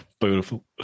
Beautiful